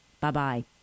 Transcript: Bye-bye